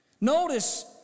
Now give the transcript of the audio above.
Notice